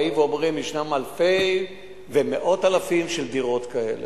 באים ואומרים: יש אלפים ומאות אלפים של דירות כאלה.